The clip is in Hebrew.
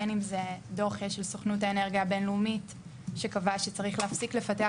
בין אם זה דוח של סוכנות האנרגיה הבין-לאומית שקבע שצריך להפסיק לפתח